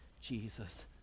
jesus